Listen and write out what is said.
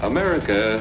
America